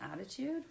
attitude